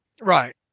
Right